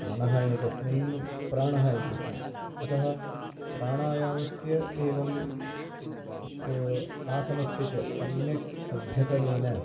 मनः एकस्मिन् प्राणः एकस्मिन् अतः प्राणायामस्य एवं श् आसनस्य च सम्यक् अभ्यसनेन